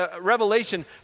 revelation